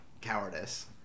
cowardice